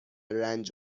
رنج